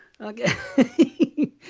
Okay